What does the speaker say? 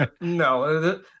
no